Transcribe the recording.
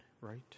right